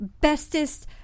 bestest